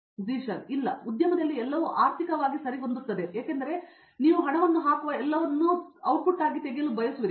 ಝೀಶನ್ ಇಲ್ಲ ಉದ್ಯಮದಲ್ಲಿ ಎಲ್ಲವೂ ಆರ್ಥಿಕವಾಗಿ ಸರಿಹೊಂದುತ್ತಿದ್ದವು ಏಕೆಂದರೆ ನೀವು ಹಣವನ್ನು ಹಾಕುವ ಎಲ್ಲವನ್ನೂ ಕೆಲವು ಔಟ್ಪುಟ್ ಬಯಸುವಿರಿ